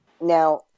now